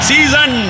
Season